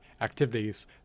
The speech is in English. activities